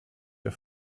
der